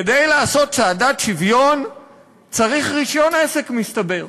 כדי לעשות צעדת שוויון צריך רישיון עסק, מסתבר.